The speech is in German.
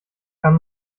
kann